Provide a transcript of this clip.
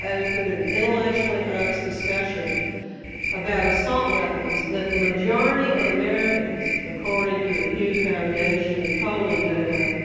open, and intellectually honest discussion about assault weapons that the majority of americans, according to the pew foundation polling data,